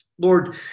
Lord